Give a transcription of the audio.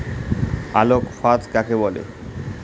আলোক ফাঁদ কাকে বলে?